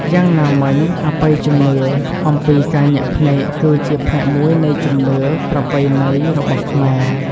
យ៉ាងណាមិញ អបិយជំនឿអំពីការញាក់ភ្នែក គឺជាផ្នែកមួយនៃជំនឿប្រពៃណីរបស់ខ្មែរ។